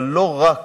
אבל לא רק